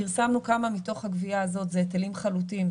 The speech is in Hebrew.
פרסמנו כמה מתוך הגבייה הזאת זה היטלים חלוטים,